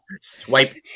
Swipe